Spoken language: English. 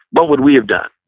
what would we have done?